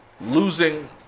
losing